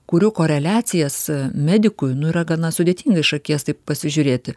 kurių koreliacijas medikui nu yra gana sudėtinga iš akies tai pasižiūrėti